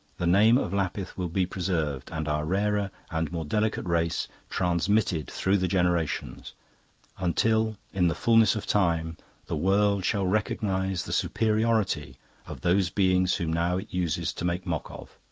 the name of lapith will be preserved and our rarer and more delicate race transmitted through the generations until in the fullness of time the world shall recognise the superiority of those beings whom now it uses to make mock of